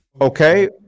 Okay